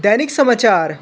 दैनिक समाचार